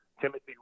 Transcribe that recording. Timothy